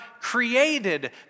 created